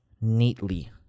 neatly